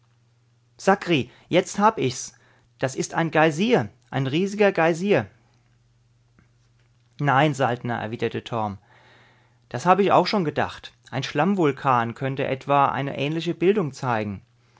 sakri jetzt hab ich's das ist ein geysir ein riesiger geysir nein saltner erwiderte torm das habe ich auch schon gedacht ein schlammvulkan könnte etwa eine ähnliche bildung zeigen